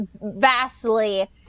vastly